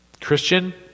Christian